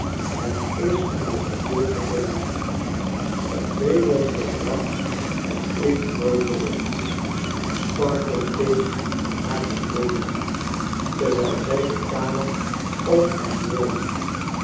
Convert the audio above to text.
het is om je'geduld te verliezen vervelender dag heb ik nooit beleefd i sparkler keek haar gedwee na terwijl zij de kamer op en neer liep